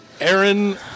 Aaron